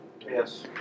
Yes